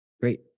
Great